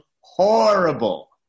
horrible